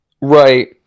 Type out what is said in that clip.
Right